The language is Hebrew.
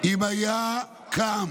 אם היה קם